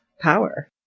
power